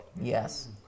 Yes